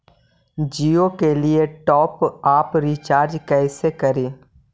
जियो के लिए top up recharge कैसे करी?